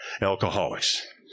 alcoholics